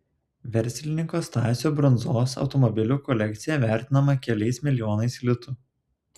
verslininko stasio brundzos automobilių kolekcija vertinama keliais milijonais litų